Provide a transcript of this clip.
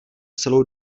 celou